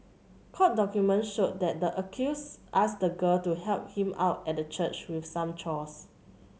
court document showed that the accused asked the girl to help him out at the church with some chores